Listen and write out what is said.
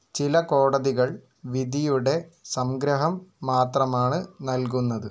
ചില കോടതികൾ വിധിയുടെ സംഗ്രഹം മാത്രമാണ് നൽകുന്നത്